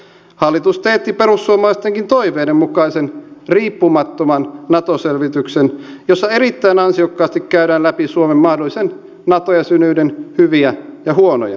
hallitus teetti perussuomalaistenkin toiveiden mukaisen riippumattoman nato selvityksen jossa erittäin ansiokkaasti käydään läpi suomen mahdollisen nato jäsenyyden hyviä ja huonoja puolia